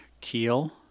Keel